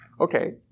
Okay